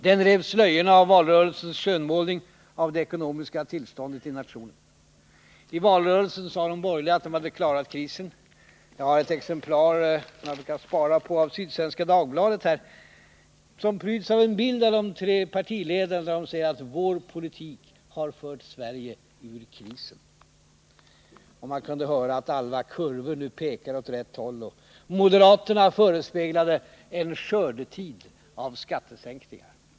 Den rev slöjorna av valrörelsens skönmålning av det ekonomiska tillståndet i nationen. I valrörelsen sade de borgerliga att de hade klarat krisen. Jag har här ett exemplar av Sydsvenska Dagbladet från den 15 september 1979 som pryds av en bild av de tre partiledarna. De säger där: ”Vår politik har fört Sverige ur krisen.” Man kunde under valrörelsen i tal efter tal höra budskapet att alla kurvor nu pekar åt rätt håll, och moderaterna förespeglade en skördetid av skattesänkningar.